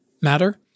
matter